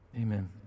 Amen